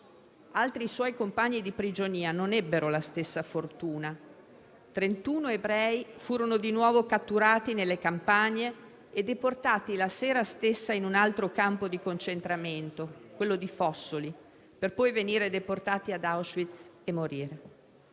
Altri suoi compagni di prigionia non ebbero la stessa fortuna: 31 ebrei furono di nuovo catturati nelle campagne e deportati la sera stessa in un altro campo di concentramento, quello di Fossoli, per poi venire deportati ad Auschwitz e morire.